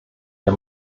der